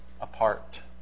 apart